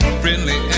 friendly